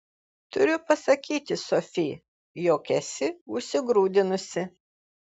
turiu pasakyti sofi jog esi užsigrūdinusi